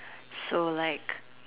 so like